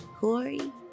Corey